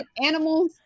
animals